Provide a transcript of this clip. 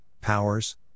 powers